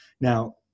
Now